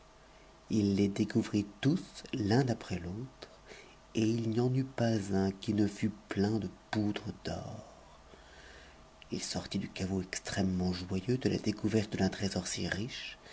i les découvrit tous l'un après l'autre et il n'y en eut pas un qui ne fut plein de poudre d'or il sortit du caveau extrêmement joyeux de la découverte d'un trésor si riche